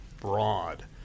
broad